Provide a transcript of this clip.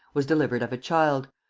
was delivered of a child,